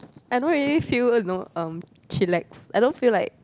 I don't really feel you know um chillax I don't feel like